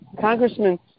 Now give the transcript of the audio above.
Congressman